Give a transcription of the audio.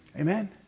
Amen